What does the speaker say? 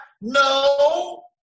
No